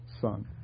son